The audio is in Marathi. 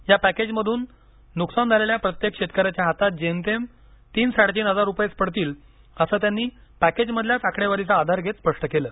या पॅकेजमध्न नुकसान झालेल्या प्रत्येक शेतकऱ्यांच्या आतात जेमतेम तीन साडेतीन हजार रुपयेच पडतील असं त्यांनी पॅकेजमधल्याच आकडेवारीचा आधार घेत स्पष्ट केलं